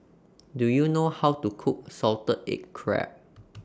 Do YOU know How to Cook Salted Egg Crab